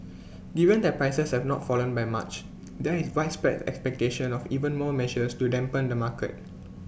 given that prices have not fallen by much there is widespread expectation of even more measures to dampen the market